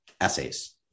essays